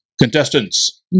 contestants